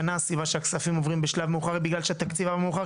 השנה הסיבה שהכספים עוברים בשלב מאוחר היא בגלל שהתקציב היה מאוחר.